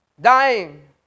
Dying